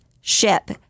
ship